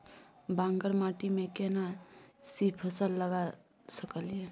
बांगर माटी में केना सी फल लगा सकलिए?